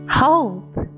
Hope